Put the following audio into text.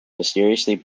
mysteriously